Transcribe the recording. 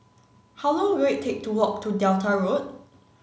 how long will it take to walk to Delta Road